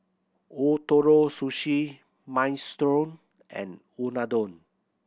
Ootoro Sushi Minestrone and Unadon